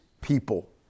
people